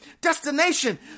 destination